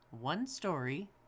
one-story